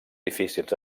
difícils